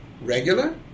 regular